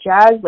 jazz